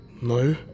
No